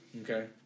Okay